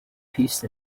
peace